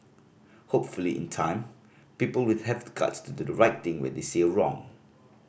hopefully in time people will have the guts to do the right thing when they see a wrong